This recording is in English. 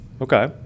Okay